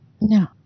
No